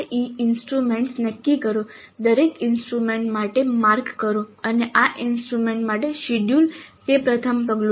CIE instruments નક્કી કરો દરેક ઇન્સ્ટ્રુમેન્ટ માટે માર્ક કરો અને આ ઇન્સ્ટ્રુમેન્ટ્સ માટે શેડ્યૂલ તે પ્રથમ પગલું છે